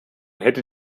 hätte